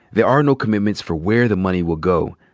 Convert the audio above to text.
there are no commitments for where the money will go.